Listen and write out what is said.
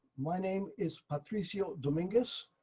my name is patricio dominguez,